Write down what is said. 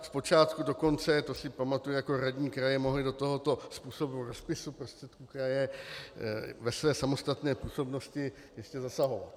Zpočátku dokonce, to si pamatuji jako radní kraje, mohly do tohoto způsobu rozpisu prostředků kraje ve své samostatné působnosti ještě zasahovat.